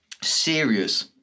serious